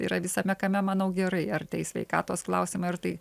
yra visame kame manau gerai ar tai sveikatos klausimai ar tai